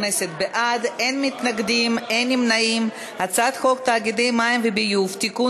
את הצעת חוק תאגידי מים וביוב (תיקון,